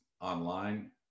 online